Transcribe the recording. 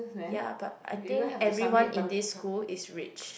ya but I think everyone in this school is rich